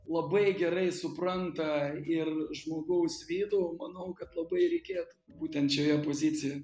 labai gerai supranta ir žmogaus vidų manau kad labai reikėtų būtent šioje pozicijoj